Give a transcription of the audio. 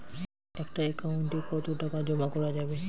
একটা একাউন্ট এ কতো টাকা জমা করা যাবে?